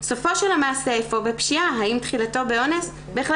'סופו של המעשה איפה בפשיעה, האם תחילתו באונס?